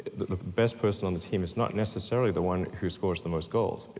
the best person on the team is not necessarily the one who scores the most goals.